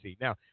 Now